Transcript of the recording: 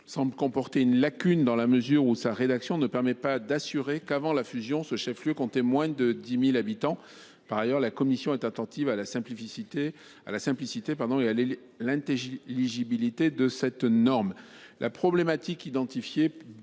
semble comporter une lacune, dans la mesure où sa rédaction ne permet pas d’assurer que, avant la fusion, le chef lieu comptait moins de 10 000 habitants. Par ailleurs, la commission est attentive à la simplicité et à l’intelligibilité de la norme.